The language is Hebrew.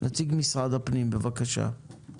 נציג משרד הפנים, בבקשה.